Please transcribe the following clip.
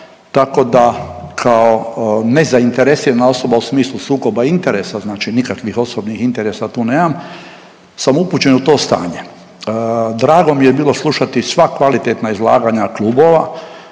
tako da kao nezainteresirana osoba u smislu sukoba interesa, znači nikakvih osobnih interesa tu nemam, sam upućen u to stanje. Drago mi je bilo slušati sva kvalitetna izlaganja klubova